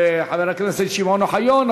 וחבר הכנסת שמעון אוחיון,